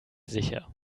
sicher